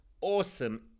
awesome